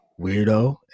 weirdo